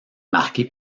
marquée